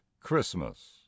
Christmas